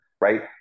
right